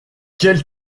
quel